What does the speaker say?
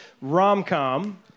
rom-com